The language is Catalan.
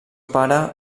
pare